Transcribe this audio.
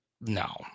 no